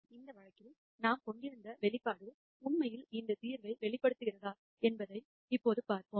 நாம் இந்த இடத்தில் கொடுத்திருக்கும் இந்த எக்ஸ்பிரஷன் உண்மையில் இந்த தீர்வை வெளிப்படுத்துகிறதா என்பதை இப்போது பார்ப்போம்